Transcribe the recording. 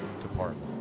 Department